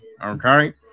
okay